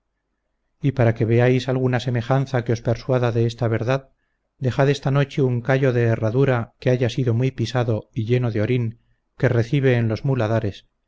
y para que veáis alguna semejanza que os persuada de esta verdad dejad esta noche un callo de herradura que haya sido muy pisado y lleno del orín que recibe en los muladares